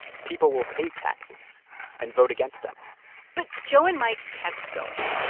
people will hate taxes and vote against them but joe and mike kept going.